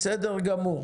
בסדר גמור.